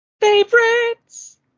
Favorites